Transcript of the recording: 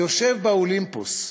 היושב באולימפוס,